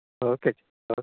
okay ਜੀ